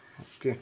okay